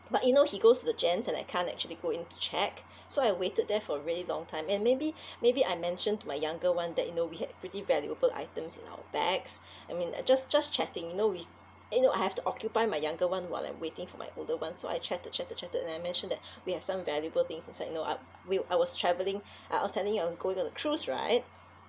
but you know he goes to the gents and I can't actually go in to check so I waited there for really long time and maybe maybe I mentioned to my younger [one] that you know we had pretty valuable items in our bags I mean uh just just chatting you know we you know I have to occupy my younger [one] while I waiting for my older [one] so I chatted chatted chatted then I mentioned that we have some valuable things inside you know uh we I was travelling uh I was telling you I was going on a cruise right